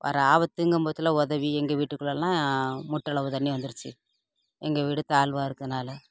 ஒரு ஆபத்துக்குங்கும் போதெல்லாம் உதவி எங்கள் வீட்டுக்கெள்ளலாம் முட்டி அளவு தண்ணி வந்துருச்சு எங்கள் வீடு தாழ்வாக இருக்கிறனால